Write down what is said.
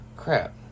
Crap